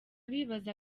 bibaza